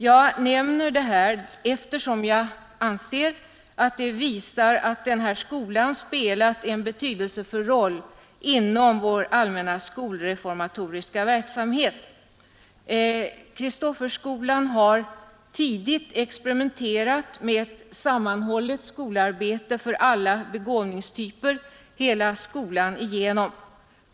Jag nämner det här, eftersom jag anser att det visar att denna skola spelat en betydelsefull roll inom vår allmänna skolreformatoriska verksamhet. Kristofferskolan har tidigt experimenterat med sammanhållet skolarbete för alla begåvningstyper hela skolan igenom.